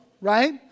right